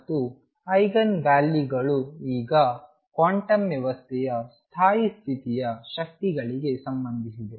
ಮತ್ತು ಐಗನ್ ವ್ಯಾಲ್ಯೂಗಳು ಈಗ ಕ್ವಾಂಟಮ್ ವ್ಯವಸ್ಥೆಯ ಸ್ಥಾಯಿ ಸ್ಥಿತಿಯ ಶಕ್ತಿಗಳಿಗೆ ಸಂಬಂಧಿಸಿವೆ